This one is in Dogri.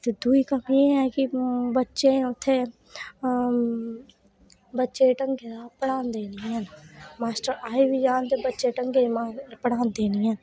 ते दूई कमी एह् ऐ कि बच्चे उत्थै की बच्चे जेह्ड़ा ढंगै दा पढ़ांदे निं हैन मास्टर आई बी जाह्न ते बच्चें गी ढंगै दा पढ़ांदे निं हैन